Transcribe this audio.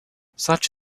such